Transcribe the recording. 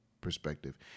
perspective